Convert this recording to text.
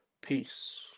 Peace